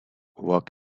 work